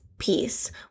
peace